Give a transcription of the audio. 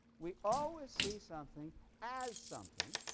we always see something as something,